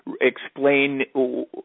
explain